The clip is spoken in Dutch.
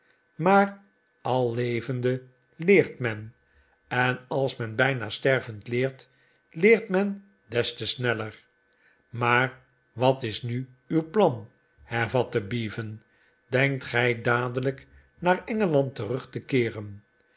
maar al levende leert men en als men bijna stervend leert leert men des te sneller maar wat is nu uw plan hervatte bevan denkt gij dadelijk naar engeland terug te keeren